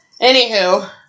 Anywho